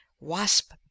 Wasp